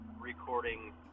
recording